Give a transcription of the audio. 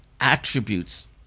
attributes